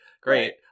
great